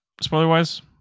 spoiler-wise